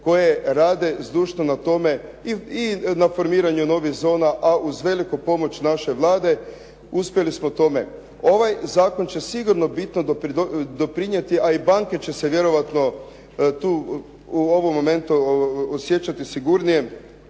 koje rade zdušno na tome i na formiranju novih zona a uz veliku pomoć naše Vlade uspjeli smo u tome. Ovaj zakon će sigurno bitno doprinijeti a i banke će se vjerojatno tu u ovom momentu osjećati sigurnije